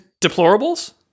Deplorables